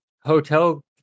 hotel